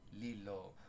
lilo